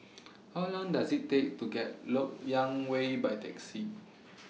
How Long Does IT Take to get to Lok Yang Way By Taxi